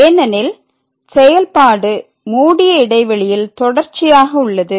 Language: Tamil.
ஏனெனில் செயல்பாடு மூடிய இடைவெளியில் தொடர்ச்சியாக உள்ளது